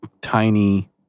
tiny